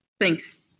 thanks